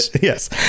Yes